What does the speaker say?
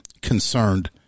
concerned